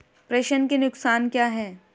प्रेषण के नुकसान क्या हैं?